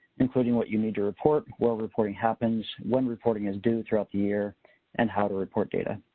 including what you need to report while reporting happens when reporting is due throughout the year and how to report data.